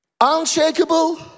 unshakable